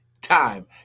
time